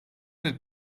del